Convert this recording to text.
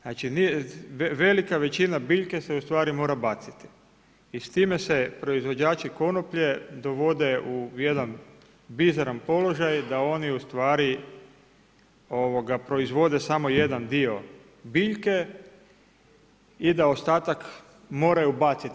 Znači, velika većina biljke se u stvari mora baciti i s time se proizvođači konoplje dovode u jedan bizaran položaj da oni u stvari proizvode samo jedan dio biljke i da ostatak moraju baciti.